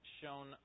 shown